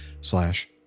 slash